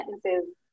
sentences